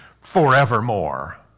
forevermore